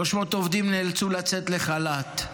300 עובדים נאלצו לצאת לחל"ת,